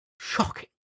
Shocking